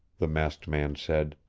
the masked man said.